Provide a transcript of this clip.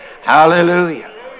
Hallelujah